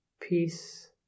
Peace